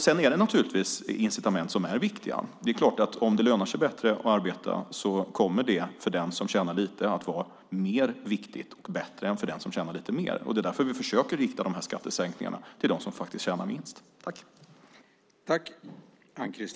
Sedan är det incitament som är viktiga. Om det lönar sig bättre att arbeta kommer det för den som tjänar lite att vara mer viktigt och bättre än för den som tjänar lite mer. Det är därför vi försöker rikta de här skattesänkningarna till dem som tjänar minst.